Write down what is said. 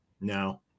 No